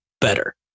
better